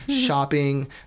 shopping